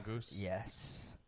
yes